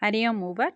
हरिः ओम् ऊबर्